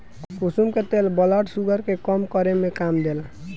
कुसुम के तेल blood sugar के कम करे में काम देला